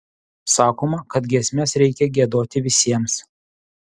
sakoma kad giesmes reikia giedoti visiems